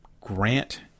grant